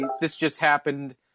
this-just-happened